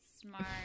smart